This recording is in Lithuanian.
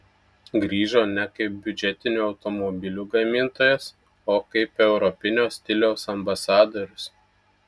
grįžo ne kaip biudžetinių automobilių gamintojas o kaip europinio stiliaus ambasadorius